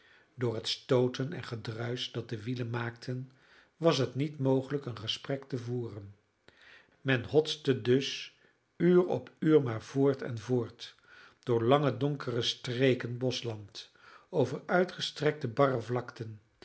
door het stooten en gedruisch dat de wielen maakten was het niet mogelijk een gesprek te voeren men hotste dus uur op uur maar voort en voort door lange donkere streken boschland over uitgestrekte barre vlakten